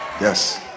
yes